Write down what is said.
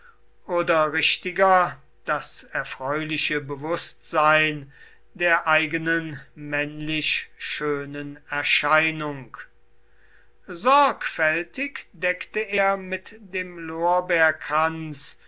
oder richtiger das erfreuliche bewußtsein der eigenen männlich schönen erscheinung sorgfältig deckte er mit dem